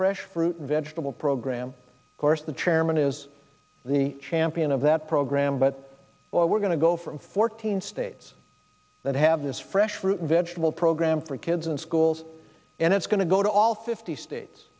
fresh fruit vegetable program of course the chairman is the champion of that program but we're going to go from fourteen states that have this fresh fruit vegetable program for kids in schools and it's going to go to all fifty states